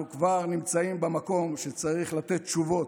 אנחנו כבר נמצאים במקום שצריך לתת תשובות.